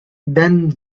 than